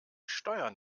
steuern